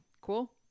Cool